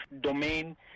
domain